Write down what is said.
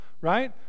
right